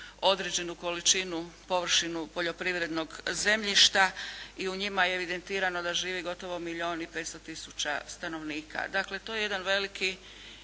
određenu količinu, površinu poljoprivrednog zemljišta i u njemu je evidentirano da živi gotovo milijun i 500% stanovnika. Dakle, to je jedan veliki